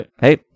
Hey